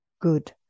good